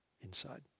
Inside